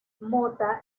mota